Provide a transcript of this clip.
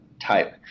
type